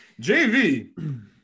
JV